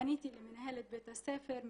פניתי למנהלת בית הספר,